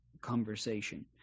conversation